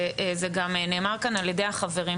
וגם נאמר כאן על ידי החברים,